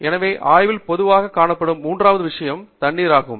எனவே ஆய்வில் பொதுவாகக் காணப்படும் மூன்றாவது விஷயம் தண்ணீர் ஆகும்